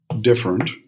different